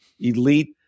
elite